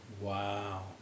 Wow